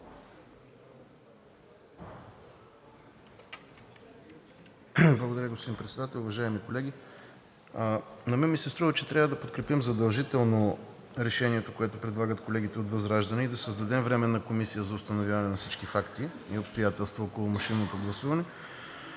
Благодаря господин Председател. Уважаеми колеги! На мен ми се струва, че трябва да подкрепим задължително решението, което предлагат колегите от ВЪЗРАЖДАНЕ, и да създадем Временна комисия за установяване на всички факти и обстоятелства около машинното гласуване,